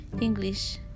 English